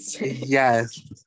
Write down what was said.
Yes